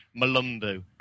Malumbu